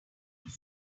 exam